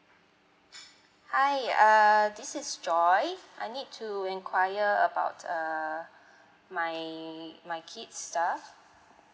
hi err this is joy I need to enquire about err my my kid's stuff